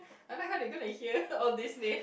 I like how they gonna hear all this name